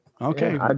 Okay